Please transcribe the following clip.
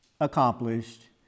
accomplished